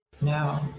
No